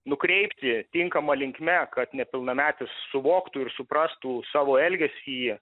nukreipti tinkama linkme kad nepilnametis suvoktų ir suprastų savo elgesį